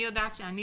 א.